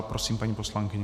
Prosím, paní poslankyně.